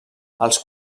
els